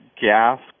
gas